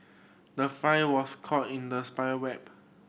the fly was caught in the spider web